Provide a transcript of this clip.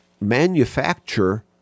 manufacture